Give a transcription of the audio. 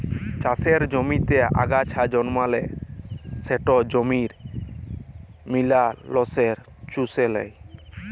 চাষের জমিতে আগাছা জল্মালে সেট জমির মিলারেলস চুষে লেই